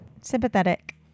sympathetic